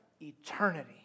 eternity